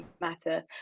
matter